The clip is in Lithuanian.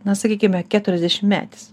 na sakykime keturiasdešimtmetis